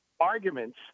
arguments